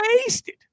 wasted